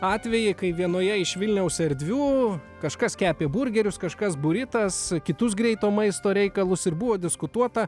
atvejį kai vienoje iš vilniaus erdvių kažkas kepė burgerius kažkas buritas kitus greito maisto reikalus ir buvo diskutuota